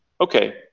Okay